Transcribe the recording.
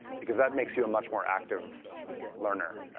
because that makes you a much more active learner.